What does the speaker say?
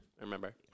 Remember